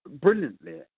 brilliantly